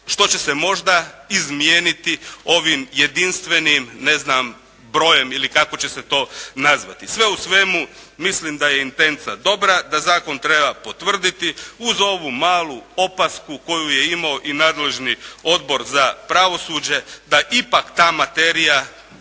što će se možda izmijeniti ovim jedinstvenim ne znam brojem ili kako će se to nazvati. Sve u svemu mislim da je intenca dobra, da zakon treba potvrditi uz ovu malu opasku koju je imao i nadležni Odbor za pravosuđe, da ipak ta materija